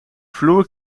vloer